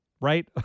right